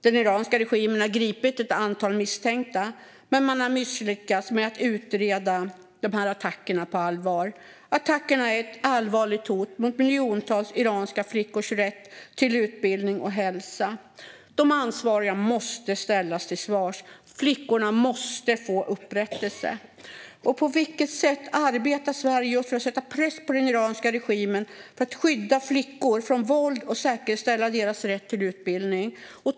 Den iranska regimen har gripit ett antal misstänkta, men man har misslyckats med att utreda attackerna på allvar. Attackerna är ett allvarligt hot mot miljontals iranska flickors rätt till utbildning och hälsa. De ansvariga måste ställas till svars. Flickorna måste få upprättelse. På vilket sätt arbetar Sverige för att sätta press på den iranska regimen för att skydda flickor mot våld och säkerställa deras rätt till utbildning?